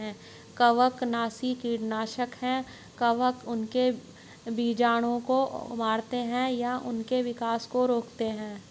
कवकनाशी कीटनाशक है कवक उनके बीजाणुओं को मारते है या उनके विकास को रोकते है